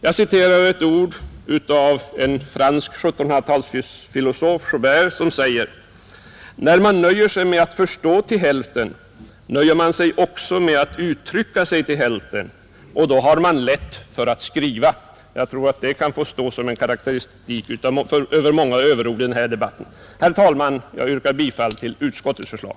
Jag citerar några ord av en fransk 1700-talsfilosof, Joubert, som säger: ”När man nöjer sig med att förstå till hälften nöjer man sig med att uttrycka sig till hälften och då har man lätt för att skriva.” Jag tror att det kan få stå som en karakteristik av många överord i den här debatten. Herr talman! Jag yrkar bifall till utskottets förslag.